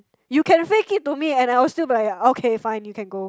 you can fake it to me and I will still be like okay fine you can go